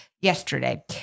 yesterday